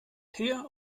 her